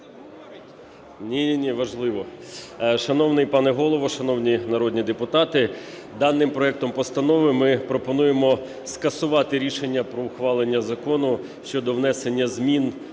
ПАВЛЕНКО Ю.О. Шановний пане Голово, шановні народні депутати, даним проектом Постанови ми пропонуємо скасувати рішення про ухвалення Закону щодо внесення змін